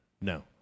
No